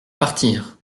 partir